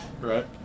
Right